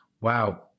wow